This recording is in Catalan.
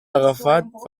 agafat